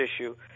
issue